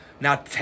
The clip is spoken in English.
Now